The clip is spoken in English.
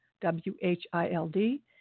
W-H-I-L-D